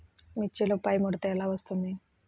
మిర్చిలో పైముడత ఎలా వస్తుంది?